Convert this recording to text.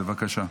בבקשה.